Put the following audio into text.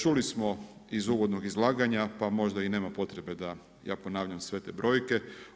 Čuli smo iz uvodnog izlaganja pa možda i nema potrebe da ja ponavljam sve te brojke.